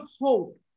hope